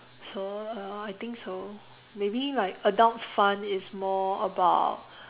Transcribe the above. so uh I think so maybe like adults fun is more about